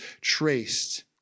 traced